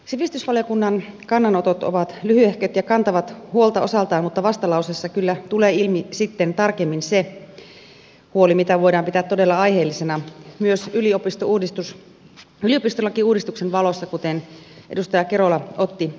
sivistysvaliokunnan kannanotot ovat lyhyehköt ja kantavat huolta osaltaan mutta vastalauseessa kyllä tulee ilmi sitten tarkemmin se huoli mitä voidaan pitää todella aiheellisena myös yliopistolakiuudistuksen valossa kuten edustaja kerola otti esille